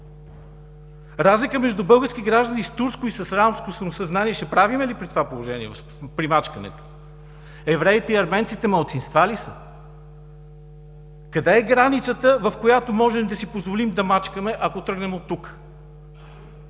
разлика между български граждани с турско и с арабско самосъзнание – при мачкането? Евреите и арменците малцинства ли са? Къде е границата, в която можем да си позволим да мачкаме, ако тръгнем оттук?